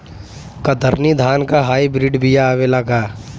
कतरनी धान क hybrid बिया आवेला का?